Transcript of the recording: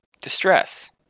distress